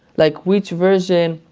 like which version,